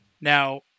Now